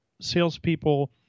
salespeople